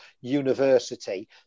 university